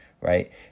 right